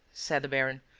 said the baron.